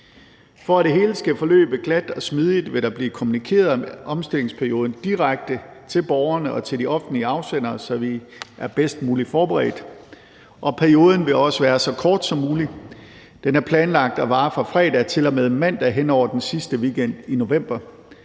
For at det hele skal forløbe glat og smidigt, vil der blive kommunikeret om omstillingsperioden direkte til borgerne og til de offentlige afsendere, så vi er bedst muligt forberedt. Og perioden vil også være så kort som muligt. Den er planlagt til at vare fra fredag til og med mandag hen over den sidste weekend i november.